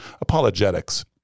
apologetics